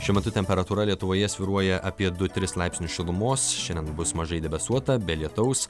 šiuo metu temperatūra lietuvoje svyruoja apie du tris laipsnius šilumos šiandien bus mažai debesuota be lietaus